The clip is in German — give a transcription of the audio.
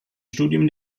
studium